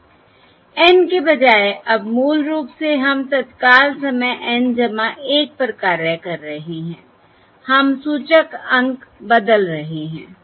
N के बजाय अब मूल रूप से हम तत्काल समय N 1 पर कार्य कर रहे हैं हम सूचकांक बदल रहे हैं